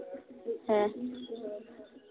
ᱦᱮᱸ